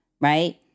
right